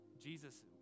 Jesus